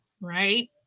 right